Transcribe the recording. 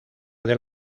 del